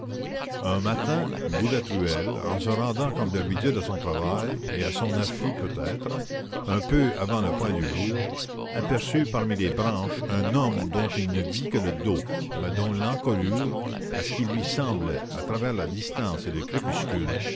un matin boulatruelle en se rendant comme d'habitude à son travail et à son affût peut-être un peu avant le point du jour aperçut parmi les branches un homme dont il ne vit que le dos mais dont l'encolure à ce qui lui sembla à travers la distance et le crépuscule